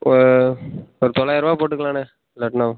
ஒரு தொள்ளாயிரருவா போட்டுக்கலாண்ணே இல்லாட்டினால்